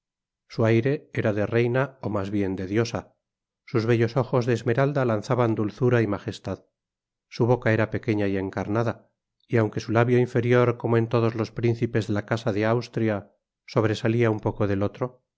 su aire era de reina ó mas bien de diosa sus bellos ojos de esmeralda lanzaban dulzura y majestad su boca era pequeña y encarnada y aunque su labio inferior como en todos los príncipes de la casa de austria sobresalía un poco del otro